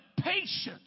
patience